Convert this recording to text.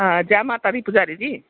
हां जै माता दी पुजारी जी